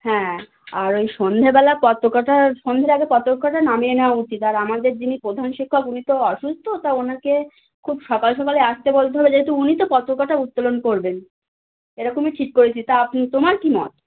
হ্যাঁ আর ওই সন্ধ্যেবেলা পতাকাটা সন্ধ্যের আগে পতাকাটা নামিয়ে নেওয়া উচিত আর আমাদের যিনি প্রধান শিক্ষক উনি তো অসুস্থ তা ওনাকে খুব সকাল সকালে আসতে বলতে হবে যেহেতু উনিই তো পতাকাটা উত্তোলন করবেন এরকমই ঠিক করেছি তা আপনি তোমার কী মত